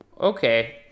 okay